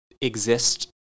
exist